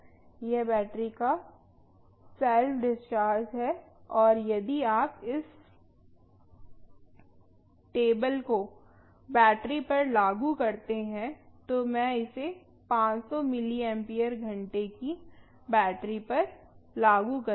यह बैटरी का self discharge है और यदि आप इस टेबल को बैटरी पर लागू करते हैं तो मैं इसे 500 मिलिम्पियर घंटे की बैटरी पर लागू कर रही हूं